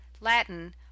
Latin